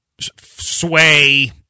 sway